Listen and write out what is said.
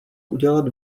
udělat